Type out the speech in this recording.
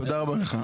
תודה רבה לך.